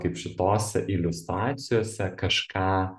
kaip šitose iliustracijose kažką